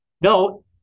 No